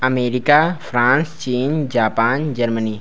America France चीन Japan Germany